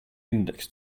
index